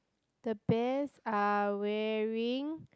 the bears are wearing